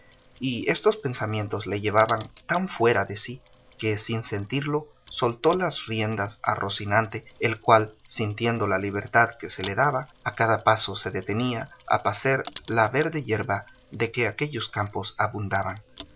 y estos pensamientos le llevaban tan fuera de sí que sin sentirlo soltó las riendas a rocinante el cual sintiendo la libertad que se le daba a cada paso se detenía a pacer la verde yerba de que aquellos campos abundaban